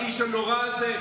האיש הנורא הזה,